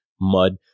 mud